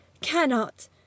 Cannot